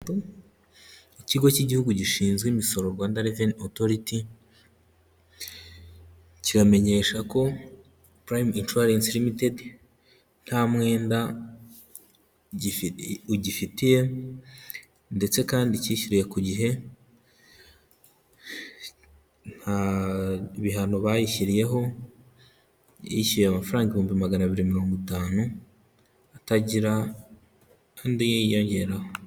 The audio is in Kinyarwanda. Ikigo cy'igihugu gishinzwe imisoro Rwanda reveni otoriti, kiramenyesha ko purayimu inshuwarensi limitedi nta mwenda ugifitiye ndetse kandi cyishyuye ku gihe. Nta bihano bayishyiriyeho, yishyuye amafaranga ibihumbi magana abiri mirongo itanu. Atagira andi yiyongeraho.